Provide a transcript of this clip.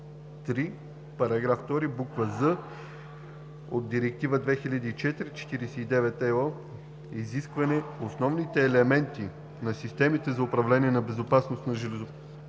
§ 2, буква „з“ от Директива 2004/49/ЕО изискване основните елементи на системите за управление на безопасността на железопътните